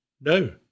no